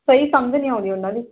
ਸਹੀ ਸਮਝ ਨਹੀਂ ਆਉਂਦੀ ਉਹਨਾਂ ਦੀ